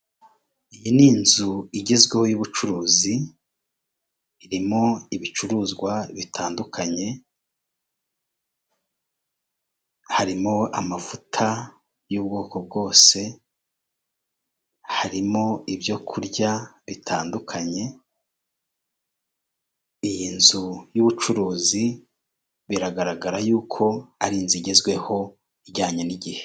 Iyi ni inzu igezweho y'ubucuruzi irimo ibicuruzwa bitandukanye, harimo amavuta y'ubwoko bwose, harimo ibyo kurya bitandukanye, iyi nzu y'ubucuruzi biragaragara yuko ari inzu igezweho ijyanye n'igihe.